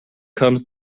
comes